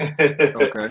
Okay